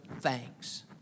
thanks